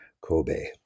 Kobe